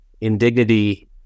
indignity